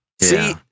See